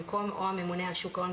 במקום "או הממונה על שוק ההון,